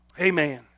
Amen